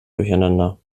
durcheinander